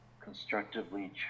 constructively